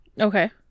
Okay